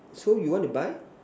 so you want to buy